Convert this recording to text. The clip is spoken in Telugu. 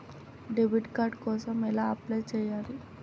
డెబిట్ కార్డు కోసం ఎలా అప్లై చేయాలి?